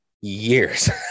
Years